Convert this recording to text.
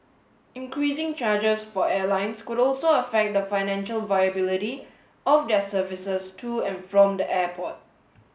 increasing charges for airlines could also affect the financial viability of their services to and from the airport